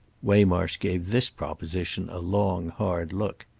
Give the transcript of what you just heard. waymarsh gave this proposition a long hard look.